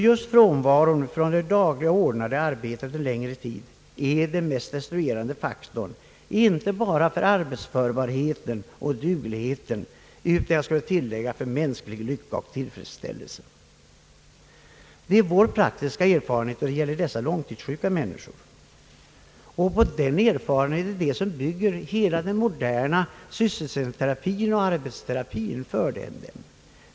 Just frånvaron från ordnat dagligt arbete under längre tid är den mest destruerande faktor vi har för arbetsförhet, duglighet och — skulle jag vilja tillägga — för mänsklig lycka och tillfredsställelse. Det är vår praktiska erfarenhet när det gäller dessa långtidssjuka, och på den erfarenheten bygger hela vår moderna sysselsättningsterapi.